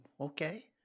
okay